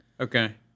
Okay